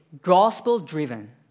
gospel-driven